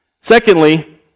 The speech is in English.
Secondly